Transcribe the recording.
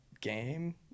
game